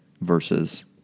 versus